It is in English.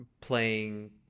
playing